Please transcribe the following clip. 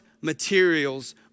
materials